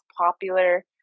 popular